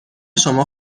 شما